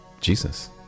Jesus